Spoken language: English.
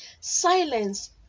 silence